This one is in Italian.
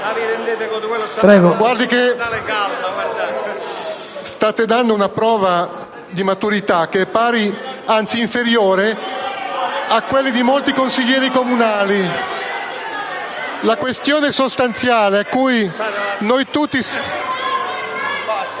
State dando una prova di maturità che è pari, anzi inferiore, a quella di molti consiglieri comunali. La questione sostanziale a cui noi tutti...